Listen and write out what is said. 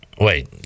Wait